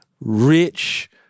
rich